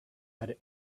had